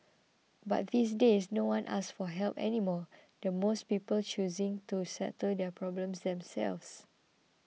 but these days no one asks for help anymore with most people choosing to settle their problems themselves